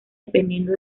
dependiendo